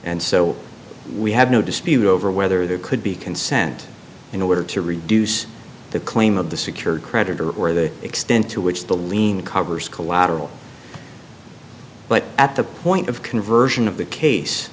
and so we have no dispute over whether there could be consent in order to reduce the claim of the secured creditor or the extent to which the lien covers collateral but at the point of conversion of the case